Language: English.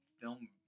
film